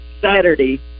Saturday